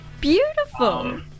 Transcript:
Beautiful